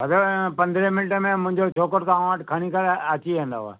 हलो पंद्रहें मिंटे में मुंहिंजो छोकिरो तव्हां वटि खणी करे अची वेंदव